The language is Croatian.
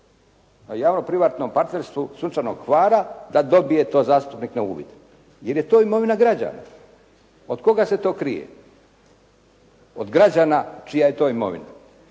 o javno-privatnom partnerstvu „Sunčanog Hvara“ da dobije to zastupnik na uvid jer je to imovina građana. Od koga se to krije? Od građana čija je to imovina.